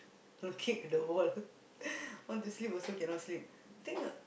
kick the wall want to sleep also cannot sleep think